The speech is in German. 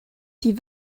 die